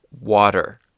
water